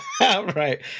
Right